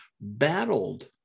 battled